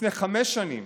לפני חמש שנים,